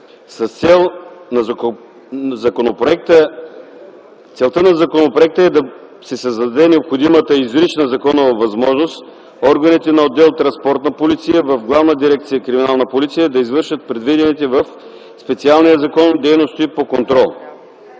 Целта на законопроекта е да се създаде необходимата изрична законова възможност органите на отдел „Транспортна полиция” в Главна дирекция „Криминална полиция” да извършват предвидените в специалния закон дейности по контрола.